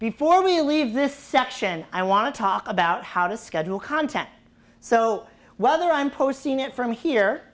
before we leave this section i want to talk about how to schedule content so whether i'm post seen it from here